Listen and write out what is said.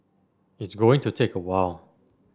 it's going to take a while